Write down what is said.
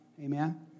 amen